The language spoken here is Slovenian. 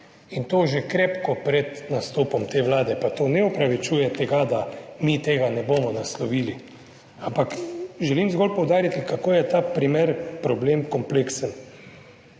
In to že krepko pred nastopom te vlade, pa to ne opravičuje tega, da mi tega ne bomo naslovili, ampak želim zgolj poudariti, kako je ta primer, problem kompleksen.